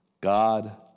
God